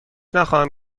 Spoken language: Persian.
نخواهم